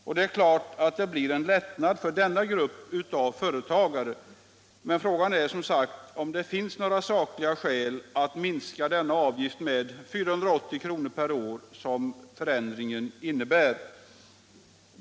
Och det är klart att det blir en lättnad för denna grupp av företagare, men frågan är om det finns några sakliga skäl för att minska denna avgift med 480 kr. per år, som förändringen innebär.